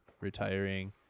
retiring